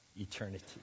eternity